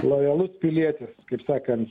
lojalus pilietis kaip sakant